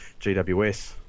GWS